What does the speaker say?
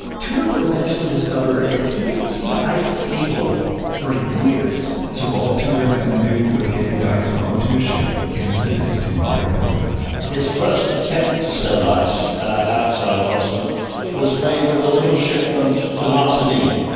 tudor would eventually discover that he could keep ice stable for years so all tudor had to do was get the ice onto a ship and send it to hotter climates his first attempt to sell ice outside boston was made with the little shipment to martinique.